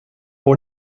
pour